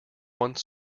one